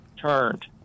turned